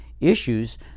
issues